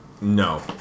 no